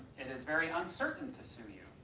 it is very uncertain to sue you,